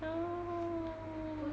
no